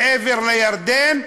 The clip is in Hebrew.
מעבר לירדן,